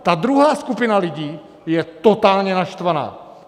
Ta druhá skupina lidí je totálně naštvaná.